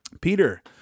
Peter